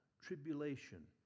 tribulation